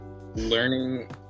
learning